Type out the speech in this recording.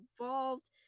involved